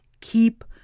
keep